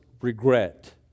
regret